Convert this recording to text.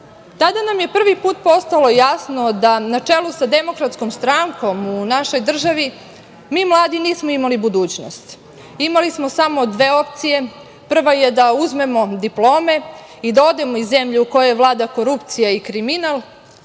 nam je prvi put postalo jasno da na čelu sa DS u našoj državi mi mladi nismo imali budućnost. Imali smo samo dve opcije - prva je da uzmemo diplome i da odemo iz zemlje u kojoj vlada korupcija i kriminal,